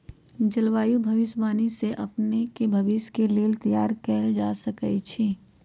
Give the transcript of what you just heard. जलवायु भविष्यवाणी से हम अपने के भविष्य के लेल तइयार कऽ सकै छी